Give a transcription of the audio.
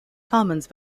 commons